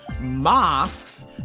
mosques